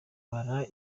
bara